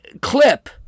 clip